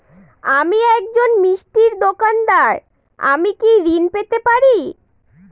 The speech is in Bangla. আমি একজন মিষ্টির দোকাদার আমি কি ঋণ পেতে পারি?